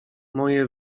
moje